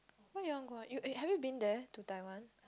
why you want to go ah have have you been there to Taiwan